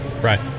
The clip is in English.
Right